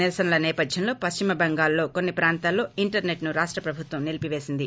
నిరసనల నేపథ్యంలో పశ్చిమ బెంగాల్లో కొన్ని ప్రాంతాల్లో ఇంటర్సెట్ను రాష్ట ప్రభుత్వం నిలిపిపేసింది